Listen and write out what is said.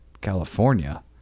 California